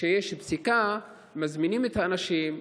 שיש פסיקה, מזמינים את האנשים,